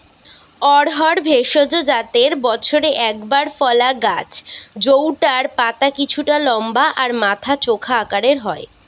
অড়হর ভেষজ জাতের বছরে একবার ফলা গাছ জউটার পাতা কিছুটা লম্বা আর মাথা চোখা আকারের হয়